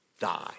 die